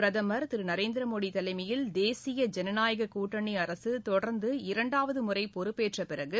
பிரதமர் திரு நரேந்திர மோடி தலைமையில் தேசிய ஜனநாயகக் கூட்டணி அரசு தொடர்ந்து இரண்டாவது முறை பொறுப்பேற்ற பின்பு